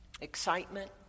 Excitement